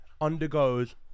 undergoes